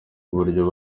uburyo